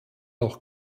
auch